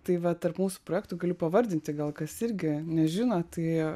tai va tarp mūsų projektų galiu pavardinti gal kas irgi nežino tai